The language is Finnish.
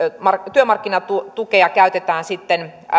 työmarkkinatukea käytetään sitten